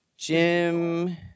Jim